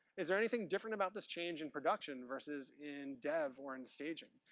is there anything different about this change in production versus in dev or in staging?